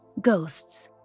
ghosts